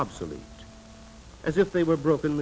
obsolete as if they were broken